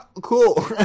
Cool